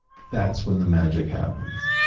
that's when the magic happens.